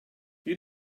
you